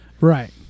right